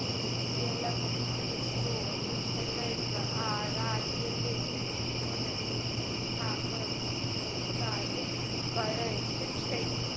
ई जलक मुख्य स्रोत छलैक आ राज्य लेल जीवन रेखाक रूपमे काज करैत छैक